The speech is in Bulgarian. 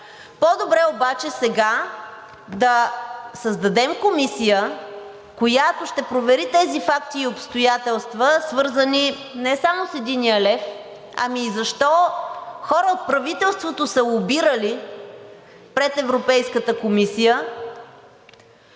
По-добре е обаче сега да създадем комисия, която ще провери тези факти и обстоятелства, свързани не само с единия лев, ами и защо хора от правителството са лобирали пред Европейската комисия.